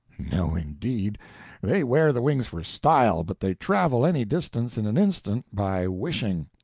no, indeed they wear the wings for style, but they travel any distance in an instant by wishing.